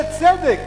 בצדק